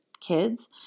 kids